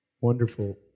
wonderful